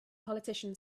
politician